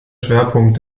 schwerpunkt